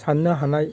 साननो हानाय